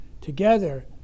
together